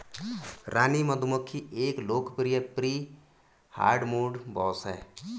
रानी मधुमक्खी एक लोकप्रिय प्री हार्डमोड बॉस है